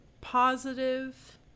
positive